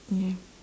ya